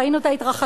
ראינו את ההתרחשות,